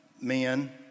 men